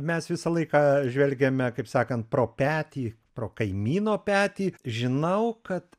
mes visą laiką žvelgiame kaip sakant pro petį pro kaimyno petį žinau kad